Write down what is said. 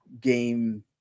game